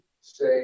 say